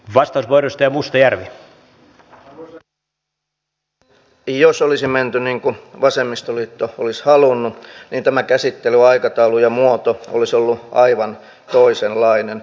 kun viitattiin tähän turvallisuusympäristön muutokseen niin huomasin julkisuudessa heinäkuulta ministerin avoimet spekulaatiot siitä että ahvenanmaan asema on muuttunut